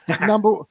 Number